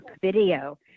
video